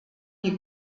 die